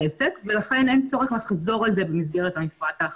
עסק ולכן אין צורך לחזור על זה במסגרת המפרט האחיד.